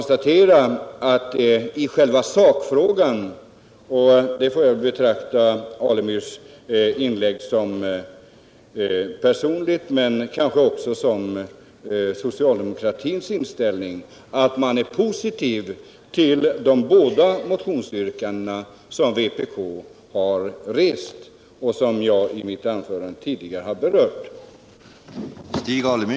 Stig Alemyrs inlägg får väl betraktas såsom i första hand personligt men kanske också som uttryck för socialdemokratins inställning, och jag tycker att man kan uttolka en positiv inställning till de båda motionsyrkanden som vpk har rest och som jag har berört i mitt tidigare anförande.